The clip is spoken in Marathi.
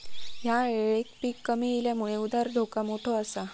ह्या येळेक पीक कमी इल्यामुळे उधार धोका मोठो आसा